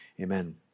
amen